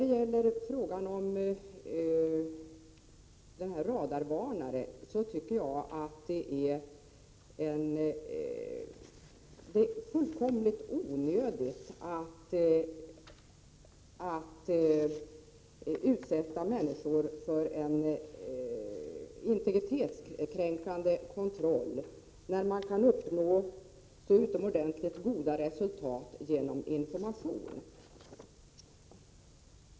Beträffande frågan om radarvarnare tycker jag att det är fullkomligt onödigt att utsätta människor för integritetskränkande kontroll, när man kan uppnå utomordentligt goda resultat genom information.